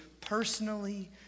personally